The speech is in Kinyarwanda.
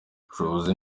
ubushobozi